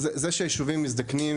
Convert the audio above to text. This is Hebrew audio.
רוב הרשויות,